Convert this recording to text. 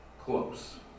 close